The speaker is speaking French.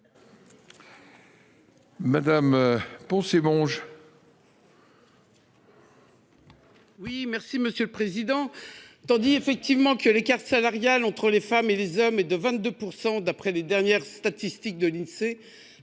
Madame Poncet Monge,